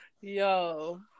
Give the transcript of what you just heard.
Yo